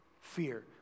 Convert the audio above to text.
fear